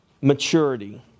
maturity